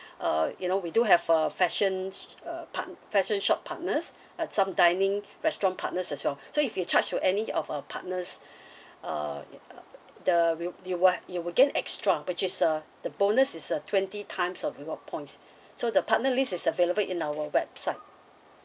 uh you know we do have err fashion uh partn~ fashion shop partners uh some dining restaurant partners as well so if you charge to any of our partners err the rewa~ you would you would gain extra which is uh the bonus is err twenty times of reward points so the partner list is available in our website